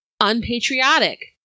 unpatriotic